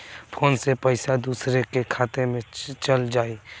Phone से पईसा दूसरे के खाता में चल जाई?